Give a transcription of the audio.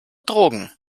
drogen